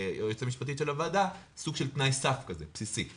היועצת המשפטית של הוועדה, סוג של תנאי סף בסיסי.